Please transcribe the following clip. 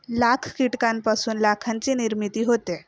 लाख कीटकांपासून लाखाची निर्मिती होते